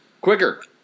Quicker